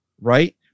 Right